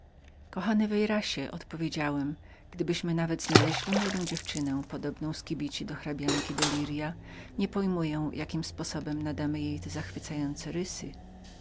kochany veyras odpowiedziałem gdybyśmy nawet znaleźli młodą dziewczynę podobną z kibici do hrabianki de lirias nie pojmuję jakim sposobem nadamy jej te zachwycające rysy